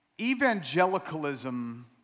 evangelicalism